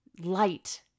light